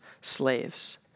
slaves